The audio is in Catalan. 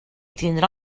tindrà